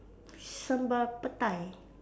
sambal petai